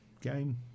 game